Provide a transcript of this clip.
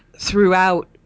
throughout